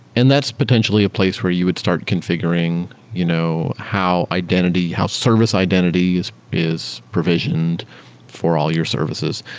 and that's potentially a place where you would start confi guring you know how identity, how service identities is provisioned for all your services.